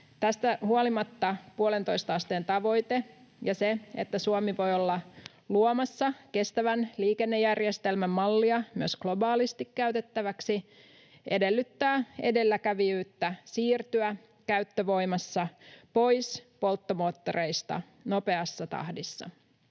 Tästä huolimatta 1,5 asteen tavoite ja se, että Suomi voi olla luomassa kestävän liikennejärjestelmän mallia myös globaalisti käytettäväksi, edellyttää edelläkävijyyttä siirtyä käyttövoimassa pois polttomoottoreista nopeassa tahdissa.